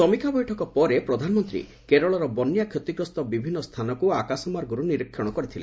ସମୀକ୍ଷା ବୈଠକ ପରେ ପ୍ରଧାନମନ୍ତ୍ରୀ କେରଳର ବନ୍ୟା କ୍ଷତିଗ୍ରସ୍ତ ବିଭିନ୍ନ ସ୍ଥାନକୁ ଆକାଶମାର୍ଗରୁ ନିରୀକ୍ଷଣ କରିଥିଲେ